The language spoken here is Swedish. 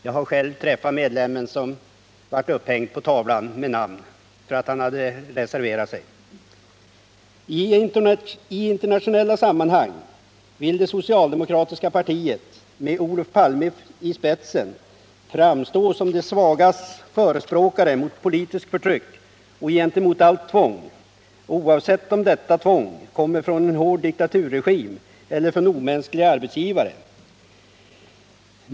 Jag har själv träffat den medlem som fick sitt namn på anslagstavlan därför att han hade reserverat sig. I internationella sammanhang vill det socialdemokratiska partiet med Olof 135 Palme i spetsen framstå som de svagas förespråkare, mot politiskt förtryck och gentemot allt tvång, oavsett om detta tvång kommer från en hård diktaturregim eller från omänskliga arbetsgivare.